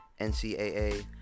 ncaa